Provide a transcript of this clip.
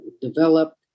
developed